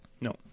No